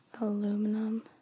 Aluminum